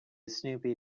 snoopy